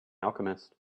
alchemist